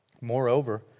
Moreover